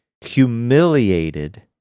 humiliated